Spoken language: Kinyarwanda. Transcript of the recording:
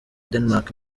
denmark